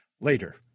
Later